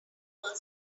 person